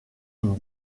une